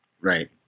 Right